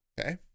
Okay